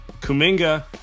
Kuminga